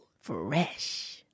Fresh